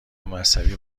مذهبی